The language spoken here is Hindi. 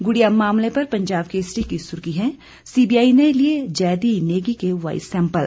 गुड़िया मामले पर पंजाब केसरी की सुर्खी है सीबीआई ने लिए जैद्दी नेगी के वॉयस सैंपल